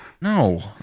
no